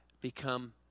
become